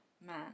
man